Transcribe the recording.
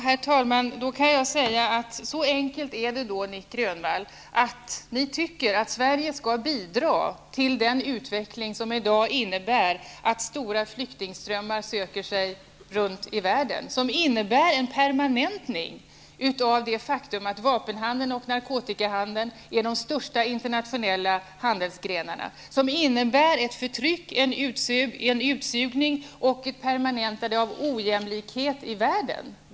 Herr talman! Ja, så enkelt är det, Nic Grönvall! Ni tycker alltså att Sverige skall bidra till en utveckling som i dag innebär att stora flyktingströmmar söker sig fram runt om i världen, som innebär en permanentning av det faktum att vapenhandeln och narkotikahandeln är de största internationella handelsgrenarna och som innebär ett förtryck, en utsugning och ett permanentande av ojämlikheten i världen.